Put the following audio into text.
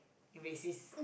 you racist